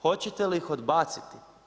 Hoćete li ih odbaciti?